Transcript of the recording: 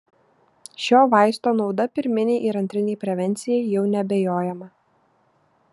šio vaisto nauda pirminei ir antrinei prevencijai jau neabejojama